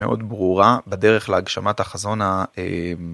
‫מאוד ברורה בדרך להגשמת החזון ה...